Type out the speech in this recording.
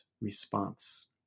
response